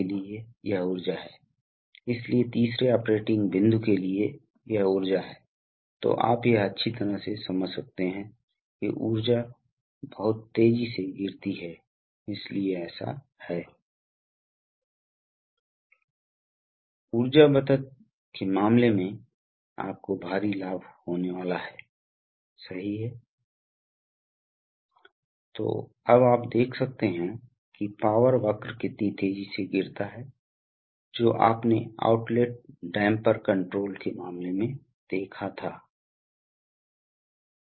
तो फिर फिल्टर को कनेक्ट किया जा सकता है आम तौर पर कंप्रेसर प्रवेश से जुड़ा होता है और विभिन्न प्रकार संभव होते हैं पेपर एलिमेंट टाइप लोकप्रिय है और कभी कभी आप अतिरिक्त फ़िल्टरिंग करते हैं जो आपको उपकरण से ठीक पहले चाहिए आप जानते हैं कि आगे ये सुनिश्चित हैं आपको लगता है कि आपके घटक सुरक्षित हैं और इसलिए यह बड़े कणों को हटाता है और यह नमी को भी निकालता है क्योंकि विशेष रूप से पदार्थ और नमी को आप जानते हैं कि एक बहुत ही चिपचिपा मिश्रण बनाता है जिससे सभी प्रकार की समस्याएं बढ़ जाती हैं जैसे कि घर्षण चिपटना